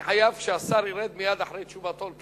אני חייב שהשר ירד מייד אחרי תשובתו.